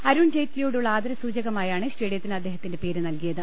അരുൺജെയ്റ്റിലിയോടുള്ള ആദരസൂചകമായാണ് സ്റ്റേഡിയ ത്തിന് അദ്ദേഹത്തിന്റെ പേര് നൽകിയത്